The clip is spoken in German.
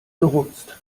gerumst